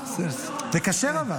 אבל זה כשר.